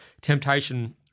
Temptation